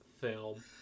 film